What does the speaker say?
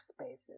spaces